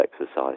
exercise